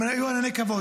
הם היו ענני כבוד,